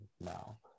now